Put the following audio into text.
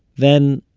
then,